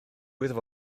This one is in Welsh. tywydd